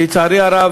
כי לצערי הרב